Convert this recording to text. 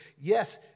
Yes